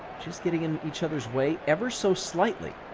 just getting in each other's way, ever so slightly.